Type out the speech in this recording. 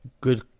good